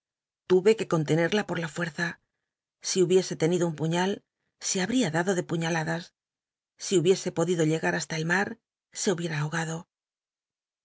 tuve que contenerla por la fuerza si hubiese tenido un puiial se habr ia dado de puiialadas si hubiese podido llegar hasla el ma t se hubicra abogado